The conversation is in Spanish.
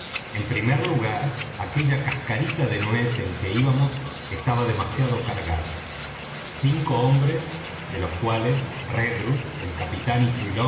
en primer lugar aquella cascarita de nuez en que íbamos estaba demasiado cargada cinco hombres de los cuales redruth el capitán y